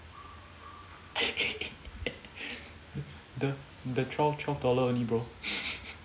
the the twelve twelve dollar only bro